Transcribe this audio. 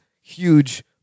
huge